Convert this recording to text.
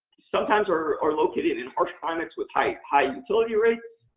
sometimes are are located in harsh climates with high high utility rates.